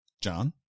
john